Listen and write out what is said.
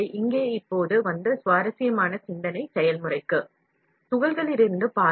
எனவே இங்கே இப்போது ஒரு சுவாரஸ்யமான சிந்தனை செயல்முறை வருகிறது